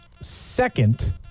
second